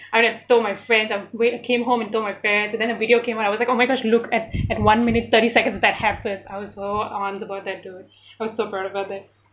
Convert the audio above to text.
I would have told my friends I w~ came home into my parents and then the video came out I was like oh my gosh look at at one minute thirty seconds that happens I was so onz about that dude I was so proud about that